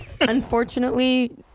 Unfortunately